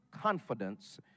confidence